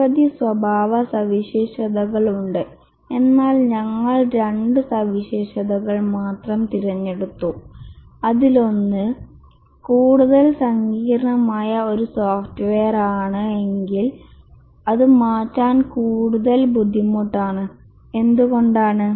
നിരവധി സ്വഭാവസവിശേഷതകൾ ഉണ്ട് എന്നാൽ ഞങ്ങൾ രണ്ട് സവിശേഷതകൾ മാത്രം തിരഞ്ഞെടുത്തു അതിലൊന്ന് കൂടുതൽ സങ്കീർണ്ണമായ ഒരു സോഫ്റ്റ്വെയറാണ് എങ്കിൽ അത് മാറ്റാൻ കൂടുതൽ ബുദ്ധിമുട്ടാണ് എന്തുകൊണ്ടാണ്